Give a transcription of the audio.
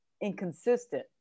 inconsistent